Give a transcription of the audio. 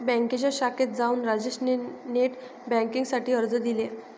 बँकेच्या शाखेत जाऊन राजेश ने नेट बेन्किंग साठी अर्ज दिले